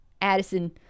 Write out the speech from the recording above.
Addison